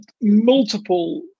multiple